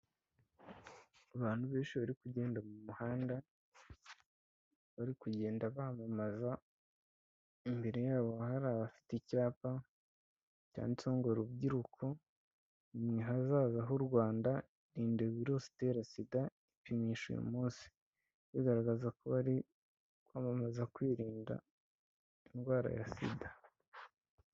Abantu benshi bari kugenda mu muhanda bari kugenda bamamaza imbere yabo hari abafite icyapa cyanditseho ngo rubyiruko ni mwe hazaza h'u Rwanda, irinde virusi itera sida ipimishe uyu munsi bigaragaza ko bari kwamamaza kwirinda indwara ya sida.